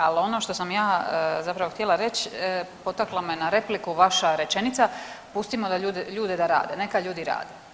Ali ono što sam ja zapravo htjela reći, potakla me na repliku vaša rečenica, pustimo ljude da rade, neka ljudi rade.